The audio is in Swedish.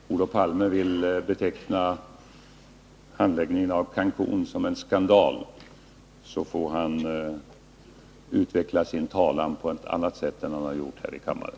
Herr talman! Om Olof Palme vill beteckna handläggningen av frågan om Cancun som en skandal, så får han utveckla sin talan på ett annat sätt än han har gjort här i kammaren.